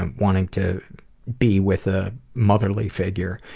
and wanting to be with a motherly figure,